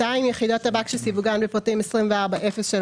(2) יחידות טבק שסיווגן בפרטים 24.03.911100